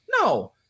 No